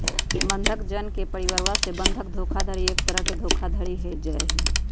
बंधक जन के परिवरवा से बंधक धोखाधडी एक तरह के धोखाधडी के जाहई